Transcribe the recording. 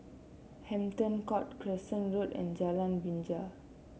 Hampton Court Crescent Road and Jalan Binja